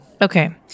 Okay